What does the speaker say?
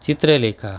Chitralekha